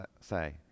say